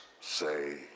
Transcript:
Say